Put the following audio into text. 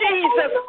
Jesus